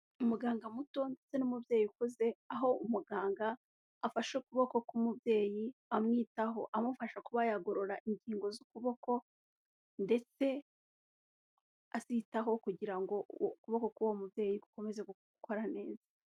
Umuganga muto ndetse n'umubyeyi ukuze, aho umuganga afashe ukuboko k'umubyeyi amwitaho amufasha kuba yagorora ingingo z'ukuboko, ndetse azitaho kugira ngo ukuboko k'uwo mubyeyi gukomeze gukora neza.